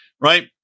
right